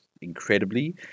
incredibly